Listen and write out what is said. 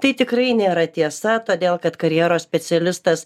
tai tikrai nėra tiesa todėl kad karjeros specialistas